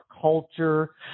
culture